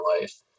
life